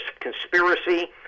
conspiracy